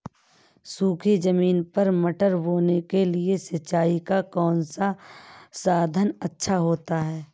सूखी ज़मीन पर मटर बोने के लिए सिंचाई का कौन सा साधन अच्छा होता है?